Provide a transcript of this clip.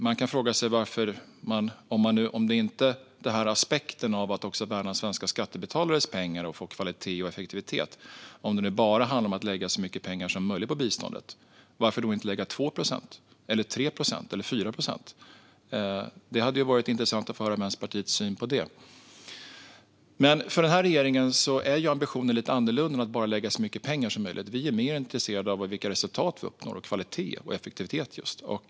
Men om nu inte aspekten att också värna svenska skattebetalares pengar och få kvalitet och effektivitet räknas, om det bara handlar om att lägga så mycket pengar som möjligt på biståndet, varför då inte lägga 2, 3 eller 4 procent? Det hade varit intressant att höra Vänsterpartiets syn på det. Men för den här regeringen är ambitionen lite en annan än att bara lägga så mycket pengar som möjligt. Vi är mer intresserade av vilka resultat och vilken kvalitet och effektivitet vi uppnår.